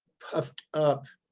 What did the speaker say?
puffed up